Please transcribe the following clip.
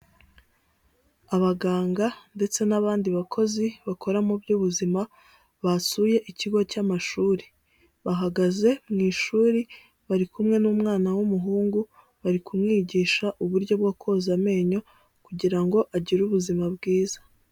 Abaganga ndetse n'abandi bakozi bakora mu by'ubuzima basuye ikigo cy'amashuri, bahagaze mu ishuri bari kumwe n'umwana w'umuhungu bari kumwigisha uburyo bwo koza amenyo kugirango ngo agire ubuzima bwiza.